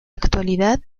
actualidad